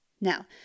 Now